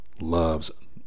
loves